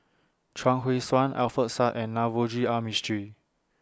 Chuang Hui Tsuan Alfian Sa'at and Navroji R Mistri